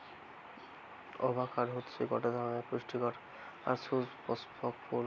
avocado হতিছে গটে ধরণের পুস্টিকর আর সুপুস্পক ফল